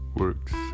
Works